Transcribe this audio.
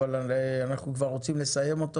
אבל אנחנו רוצים לסיים אותו.